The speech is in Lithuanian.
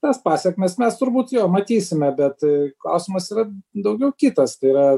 tas pasekmes mes turbūt jo matysime bet klausimas yra daugiau kitas tai yra